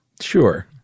Sure